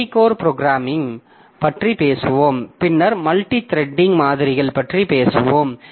multicore programming பற்றி பேசுவோம் பின்னர் மல்டித்ரெடிங் மாதிரிகள் பற்றி பேசுவோம்